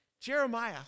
Jeremiah